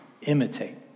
Imitate